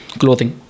clothing